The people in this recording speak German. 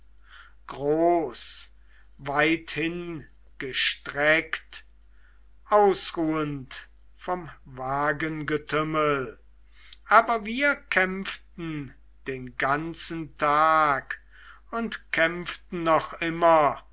groß weithingestreckt ausruhend vom wagengetümmel aber wir kämpften den ganzen tag und kämpften noch immer